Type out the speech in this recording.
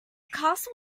castle